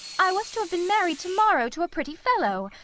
i was to have been married to-morrow to a pretty fellow,